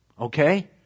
Okay